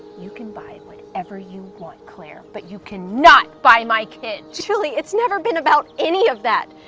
you can buy whatever you want, clair, but you cannot buy my kids. julie, it's never been about any of that.